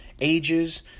ages